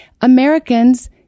Americans